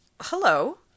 hello